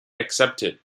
accepted